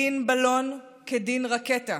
דין בלון כדין רקטה,